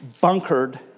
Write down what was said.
bunkered